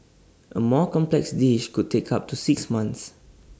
A more complex dish could take up to six months